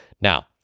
Now